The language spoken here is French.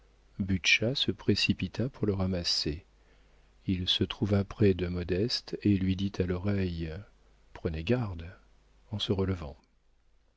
se précipita pour le ramasser il se trouva près de modeste et lui dit à l'oreille prenez garde en se relevant